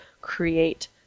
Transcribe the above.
create